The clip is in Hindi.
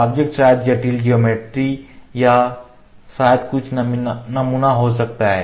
ऑब्जेक्ट्स शायद जटिल ज्योमेट्री या शायद कुछ नमूना हो सकता है